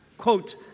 quote